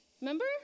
Remember